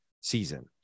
season